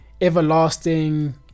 everlasting